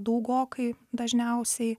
daugokai dažniausiai